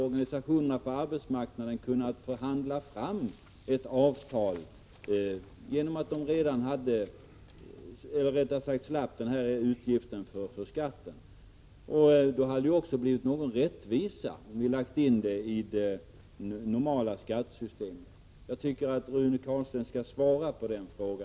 Organisationerna på arbetsmarknaden hade då kunnat förhandla fram ett avtal, Det hade också blivit rättvist om en lägre skatt hade gällt i det normala skattesystemet. Jag tycker att Rune Carlstein skall svara på denna fråga.